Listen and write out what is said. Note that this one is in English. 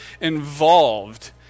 involved